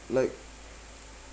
like